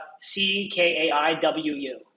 C-K-A-I-W-U